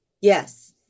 Yes